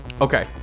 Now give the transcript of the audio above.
Okay